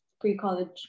pre-college